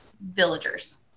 villagers